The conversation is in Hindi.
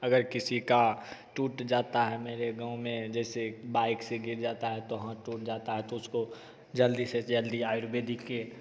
अगर किसी का टूट जाता है मेरे गाँव में जैसे बाइक से गिर जाता है तो हाथ टूट जाता है तो उसको जल्दी से जल्दी आयुर्वेदिक के